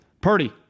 Purdy